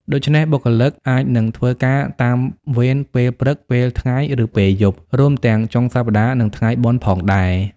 ដូច្នេះ បុគ្គលិកអាចនឹងធ្វើការតាមវេនពេលព្រឹក ពេលថ្ងៃ ឬពេលយប់ រួមទាំងចុងសប្ដាហ៍ និងថ្ងៃបុណ្យផងដែរ។